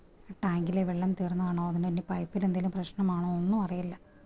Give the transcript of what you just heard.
ടാങ്കിലെ വെള്ളം തീര്ന്നതാണോ അതിന് എന്റെ പൈപ്പിലെന്തേലും പ്രശ്നമാണോ ഒന്നും അറിയില്ല